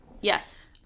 Yes